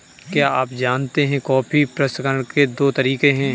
क्या आप जानते है कॉफी प्रसंस्करण के दो तरीके है?